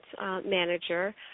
Manager